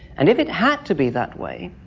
and if it had to be that way,